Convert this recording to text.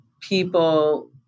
people